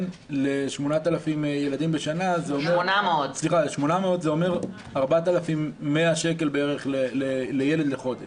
ל-800 ילדים בשנה זה אומר 4,100 שקל בערך לילד בחודש.